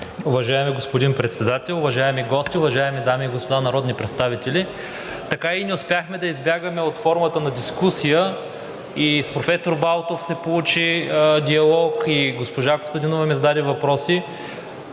Уважаеми господин Председател, уважаеми гости, уважаеми дами и господа народни представители! Така и не успяхме да избягаме от формата на дискусия и с професор Балтов се получи диалог, и госпожа Костадинова ми зададе въпроси.